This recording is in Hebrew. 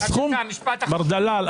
מר דלל,